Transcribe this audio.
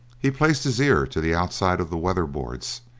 he placed his ear to the outside of the weatherboards,